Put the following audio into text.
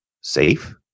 safe